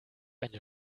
eine